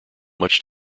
much